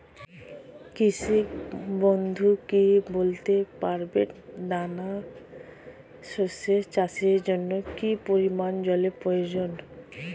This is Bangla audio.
কৃষক বন্ধু কি বলতে পারবেন দানা শস্য চাষের জন্য কি পরিমান জলের প্রয়োজন?